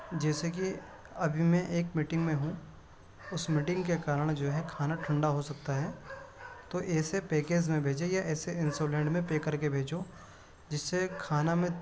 جیسے کہ ابھی میں ایک میٹنگ میں ہوں اس میٹنگ کے کارن جو ہے کھانا ٹھنڈا ہو سکتا ہے تو ایسے پیکیز میں بھیجے یا ایسے میں پیک کر کے بھیجو جس سے کھانا میں